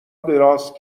دراز